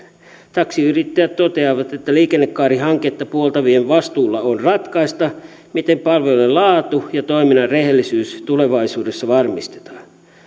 taksiyrittäjät toteavat että liikennekaarihanketta puoltavien vastuulla on ratkaista miten palveluiden laatu ja toiminnan rehellisyys tulevaisuudessa varmistetaan